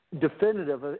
definitive